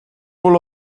wohl